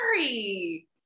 Sorry